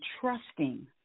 trusting